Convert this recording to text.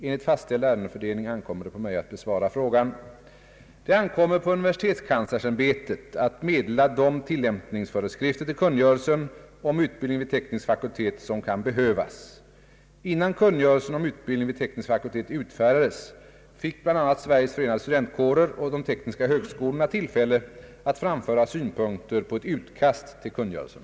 Enligt fastställd ärendefördelning ankommer det på mig att besvara frågan. Det ankommer på universitetskanslersämbetet att meddela de tillämpningsföreskrifter till kungörelsen om utbildning vid teknisk fakultet som kan behövas. Innan kungörelsen om utbildning vid teknisk fakultet utfärdades, fick bl.a. Sveriges Förenade studentkårer och de tekniska högskolorna tillfälle att framföra synpunkter på ett utkast till kungörelsen.